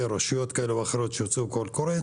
רשויות כאלה או אחרות שיוציאו קול קורא,